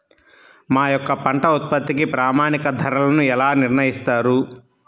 మా యొక్క పంట ఉత్పత్తికి ప్రామాణిక ధరలను ఎలా నిర్ణయిస్తారు?